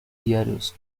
diarios